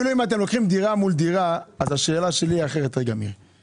הדירה רק משביחה את עצמה.